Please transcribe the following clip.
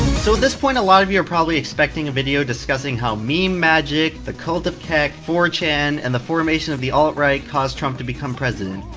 so, at this point a lot of you are probably expecting a video, discussing how meme magic, the cult of kek, four chan and the formation of the alt-right caused trump to become president.